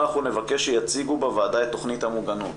אנחנו נבקש שיציגו בוועדה את תוכנית המוגנות.